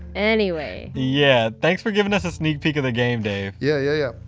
anyway, yeah thanks for giving us a sneak peak of the game, dave. yeah, yeah, yeah